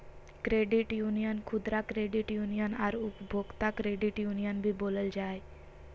credit union खुदरा credit union आर उपभोक्ता क्रेडिट यूनियन भी बोलल जा हइ